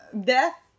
death